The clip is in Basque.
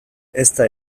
ezta